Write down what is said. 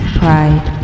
pride